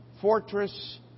fortress